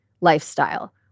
lifestyle